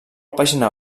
pàgina